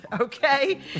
okay